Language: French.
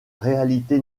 réalité